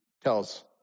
tells